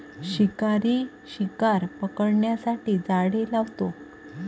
शिकारी शिकार पकडण्यासाठी जाळे लावतो